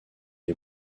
est